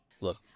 Look